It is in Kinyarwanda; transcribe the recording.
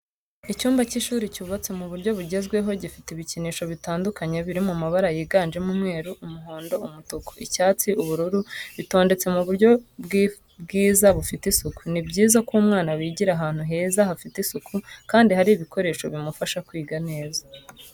Icyumba cy'ishuri cyubatse mu buryo bugezweho gifite ibikinisho bitandukanye biri mabara yiganjemo umweru, umuhondo, umutuku. icyatsi ubururu bitondetse mu buryo bwiza bufite isuku. ni byiza ko umwana yigira ahantu heza hafite isuku kandi hari ibikoresho bimufasha kwiga neza.